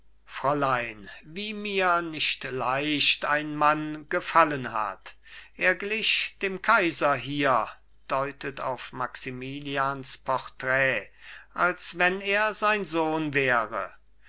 fräulein wie mir nicht leicht ein mann gefallen hat er glich dem kaiser hier deutet auf maximilians porträt als wenn er sein sohn wäre